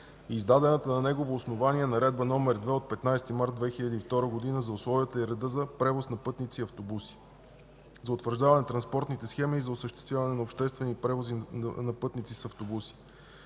и издадената на негово основание Наредба № 2 от 15 март 2002 г. за условията и реда за превоз на пътници и автобуси, за утвърждаване на транспортните схеми и за осъществяване на обществени превози на пътници с автобуси.